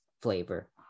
flavor